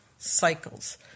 cycles